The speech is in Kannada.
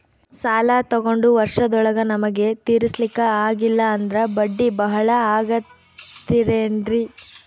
ಸಾಲ ತೊಗೊಂಡು ವರ್ಷದೋಳಗ ನಮಗೆ ತೀರಿಸ್ಲಿಕಾ ಆಗಿಲ್ಲಾ ಅಂದ್ರ ಬಡ್ಡಿ ಬಹಳಾ ಆಗತಿರೆನ್ರಿ?